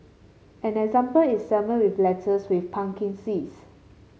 an example is salmon with lettuce with pumpkin seeds